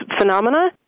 phenomena